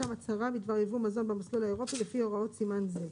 --- בדבר ייבוא מזון במסלול האירופי לפי ההוראות סימן זה,